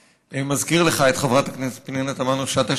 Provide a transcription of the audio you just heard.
מזכיר לך את חברת הכנסת פנינה תמנו-שטה,